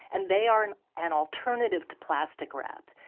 and they are an and alternative to plastic wrap.